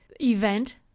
event